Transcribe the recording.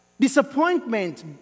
Disappointment